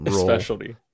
specialty